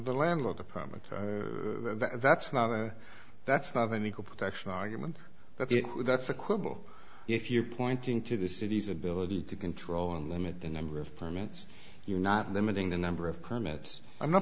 the landlord a permit that's not that's not an equal protection argument but that's a quibble if you are pointing to the city's ability to control and limit the number of permits you're not limiting the number of permits i'm not